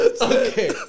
Okay